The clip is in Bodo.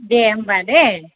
दे होमबा दे